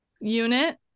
unit